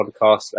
podcast